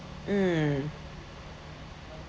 mm